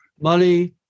Money